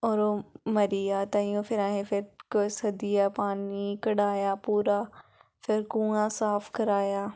होर ओह् मरी आ ते फ्ही ताहियों फिर अहें फिर कोई सद्दियै पानियै ई कड्ढाया पूरा फिर कुआं साफ कराया